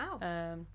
wow